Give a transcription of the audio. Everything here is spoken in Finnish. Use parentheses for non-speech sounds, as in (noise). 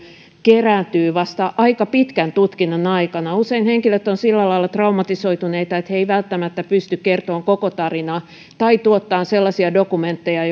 kerääntyy vasta aika pitkän tutkinnan aikana usein henkilöt ovat sillä lailla traumatisoituneita että he eivät välttämättä pysty kertomaan koko tarinaa tai tuottamaan sellaisia dokumentteja (unintelligible)